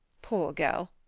poor girl!